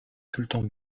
sultan